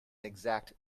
exact